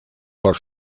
por